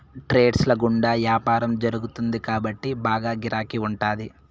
trades ల గుండా యాపారం జరుగుతుంది కాబట్టి బాగా గిరాకీ ఉంటాది